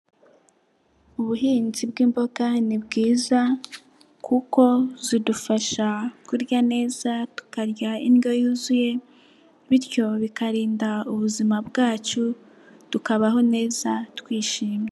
Ubuhinzi bw'imboga ni bwiza kuko zidufasha kurya neza tukarya indyo yuzuye bityo bikarinda ubuzima bwacu tukabaho neza twishimye.